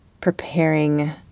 preparing